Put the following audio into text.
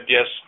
Yes